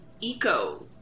eco